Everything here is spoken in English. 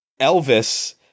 Elvis